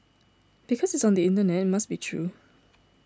because it's on the internet it must be true